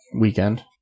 weekend